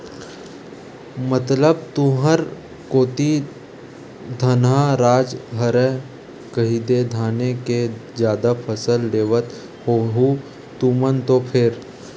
मतलब तुंहर कोती धनहा राज हरय कहिदे धाने के जादा फसल लेवत होहू तुमन तो फेर?